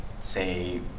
say